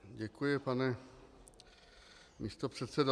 Děkuji, pane místopředsedo.